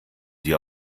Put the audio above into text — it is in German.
sie